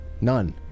None